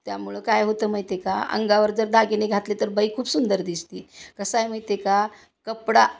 त्यामुळं काय होतं माहित आहे का अंगावर जर दागिने घातले तर बाई खूप सुंदर दिसते कसंय माहित आहे का कपडा